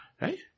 Right